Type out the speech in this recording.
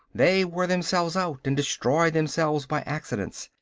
they wore themselves out and destroyed themselves by accidents.